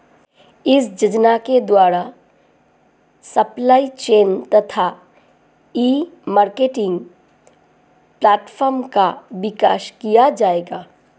इस योजना के द्वारा सप्लाई चेन तथा ई मार्केटिंग प्लेटफार्म का विकास किया जाएगा